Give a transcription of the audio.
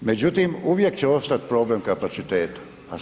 Međutim uvijek će ostati problem kapaciteta.